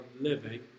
living